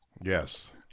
yes